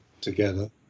together